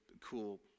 cool